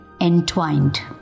Entwined